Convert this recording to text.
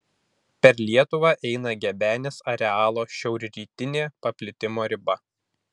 per lietuvą eina gebenės arealo šiaurrytinė paplitimo riba